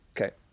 okay